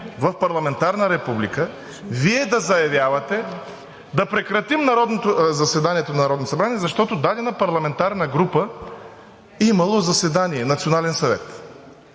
в парламентарна република Вие да заявявате да прекратим заседанието на Народното събрание, защото дадена парламентарна група имала заседание – национален съвет.